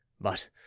But